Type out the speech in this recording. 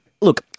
Look